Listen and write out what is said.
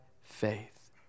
faith